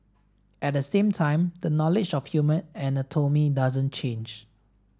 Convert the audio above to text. at the same time the knowledge of human anatomy doesn't change